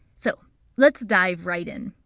so let's dive right in.